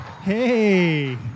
Hey